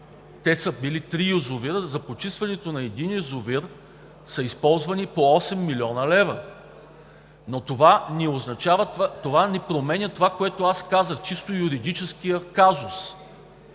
те са били три язовира, за почистването на един язовир са използвани по 8 млн. лв. Но това не променя това, което казах – чисто юридическия казус,